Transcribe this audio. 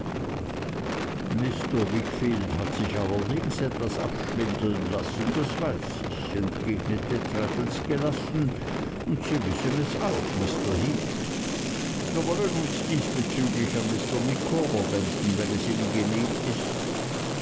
mr wickfield hat sich allerdings etwas abschwindeln lassen das weiß ich entgegnete traddles gelassen und sie wissens auch mr heep wir wollen uns diesbezüglich an mr micawber wenden wenn es ihnen angenehm ist